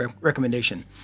recommendation